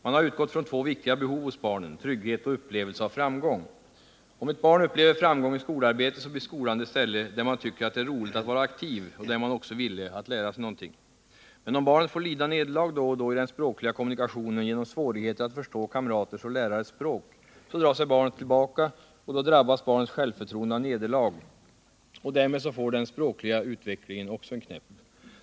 Man har utgått från två viktiga behov hos barnen: trygghet och upplevelse av framgång. Om ett barn upplever framgång i skolarbetet blir skolan det ställe där man tycker att det är roligt att vara aktiv, och då är man också villig att lära sig någonting. Men om barnet får lida nederlag då och då i den språkliga kommunikationen, genom svårigheter att förstå kamraters och lärares språk, så drar sig barnet tillbaka, då drabbas barnets självförtroende av nederlag och därmed får den språkliga utvecklingen också en knäpp.